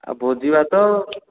ଆଉ ଭୋଜି ଭାତ